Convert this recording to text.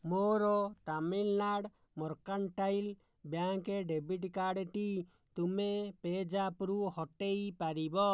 ମୋର Tamil Nadu mercantile bank debit କାର୍ଡ଼ଟି ତୁମେ ପେଜାପ୍ରୁ ହଟାଇ ପାରିବ